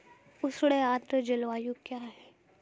उष्ण आर्द्र जलवायु क्या है?